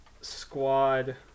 Squad